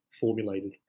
formulated